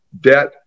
debt